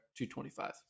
225